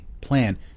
plan